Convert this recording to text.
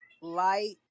light